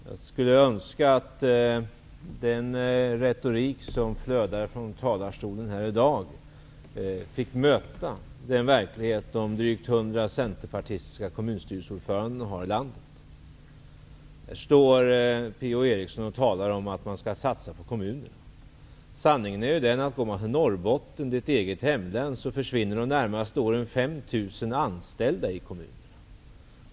Jag skulle önska att den retorik som flödar från talarstolen här i dag fick möta den verklighet de drygt 100 centerpartistiska kommunstyrelseordförandena har ute i landet. Här står Per-Ola Eriksson och talar om att man skall satsa på kommunerna. Sanningen är ju den att i Norrbotten, hans eget hemlän, försvinner de närmaste åren 5 000 anställda i kommunerna.